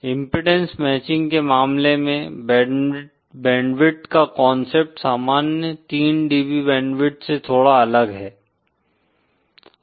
impedance matching के मामले में बैंडविड्थ का कांसेप्ट सामान्य 3 डीबी बैंडविड्थ से थोड़ा अलग है